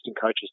coaches